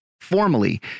formally